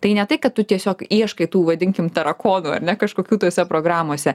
tai ne tai kad tu tiesiog ieškai tų vadinkim tarakonų ar ne kažkokių tose programose